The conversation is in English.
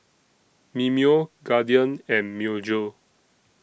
Mimeo Guardian and Myojo